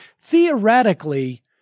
theoretically